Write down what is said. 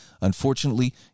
Unfortunately